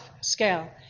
scale